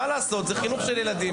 מה לעשות, זה חינוך של ילדים.